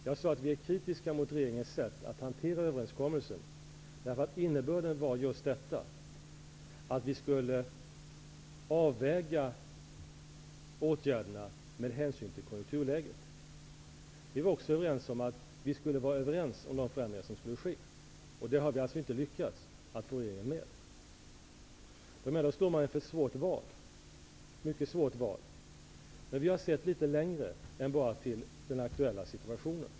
Jag sade att vi är kritiska mot regeringens sätt att hantera överenskommelsen, eftersom innebörden var att vi skulle avväga åtgärderna med hänsyn till konjunkturläget. Vi var också överens om att vi skulle vara överens om de förändringar som skulle ske. Vi har inte lyckats få med regeringen. Jag menar att man står inför ett svårt val, ett mycket svårt val. Vi har emellertid sett litet längre än bara till den aktuella situationen.